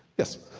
yes.